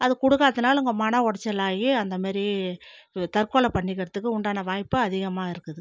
அது குடுக்காதத்துனால அவுங்க மன ஒடச்சல் ஆயி அந்தமேரி தற்கொலை பண்ணிக்கிறதுக்கு உண்டான வாய்ப்பு அதிகமா இருக்குது